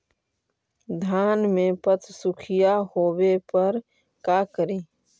धान मे पत्सुखीया होबे पर का करि?